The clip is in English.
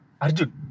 Arjun